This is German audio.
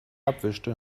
abwischte